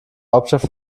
hauptstadt